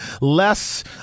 less